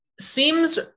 Seems